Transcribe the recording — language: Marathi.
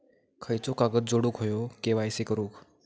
खयचो कागद जोडुक होयो के.वाय.सी करूक?